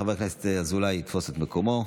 חבר הכנסת אזולאי יתפוס את מקומו.